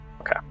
Okay